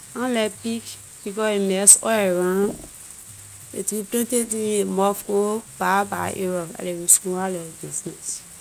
Ahn like pig because it mess all around. It do plenty thing, aay mouth can go bad bad area. Dah ley reason why ahn like ley bisnay.